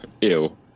Ew